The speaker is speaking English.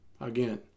Again